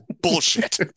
bullshit